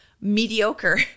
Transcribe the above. mediocre